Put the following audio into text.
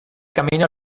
camino